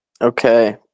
Okay